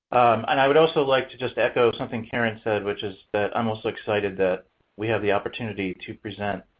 and i would also like to just echo something caren said, which is that i'm also excited that we have the opportunity to present